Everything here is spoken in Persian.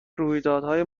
رویدادهای